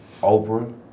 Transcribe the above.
Oprah